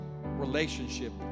relationship